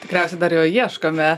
tikriausiai dar jo ieškome